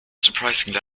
surprisingly